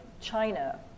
China